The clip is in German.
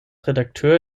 redakteur